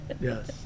yes